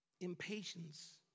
impatience